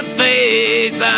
face